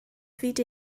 fyd